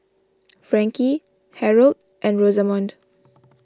Frankie Harold and Rosamond